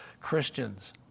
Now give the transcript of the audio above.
Christians